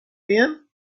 din